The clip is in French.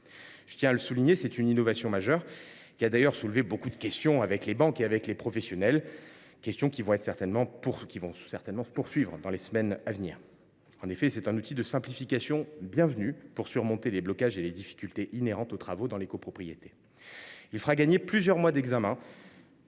Je tiens à le souligner, c’est une innovation majeure, qui a d’ailleurs soulevé un débat avec les banques et les professionnels, débat qui va certainement se poursuivre dans les semaines à venir. Il s’agit d’un outil de simplification bienvenu pour surmonter les blocages et les difficultés inhérentes aux travaux dans les copropriétés. Il fera gagner plusieurs mois dans